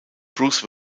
bruce